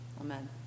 Amen